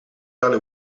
tale